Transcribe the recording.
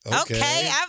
Okay